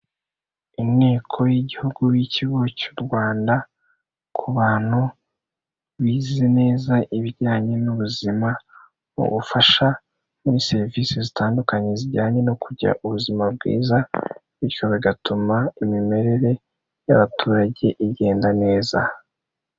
Inteko y'igihugu y'ikigo cy' u Rwanda ku bantu bize neza ibijyanye n' ubuzima, ubufasha muri serivisi zitandukanye zijyanye no kugira ubuzima bwiza bityo bigatuma imimerere y'abaturage igenda neza.